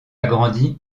grandit